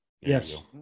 Yes